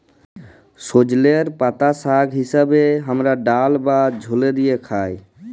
সজলের পাতা শাক হিসেবে হামরা ডাল বা ঝলে দিয়ে খাই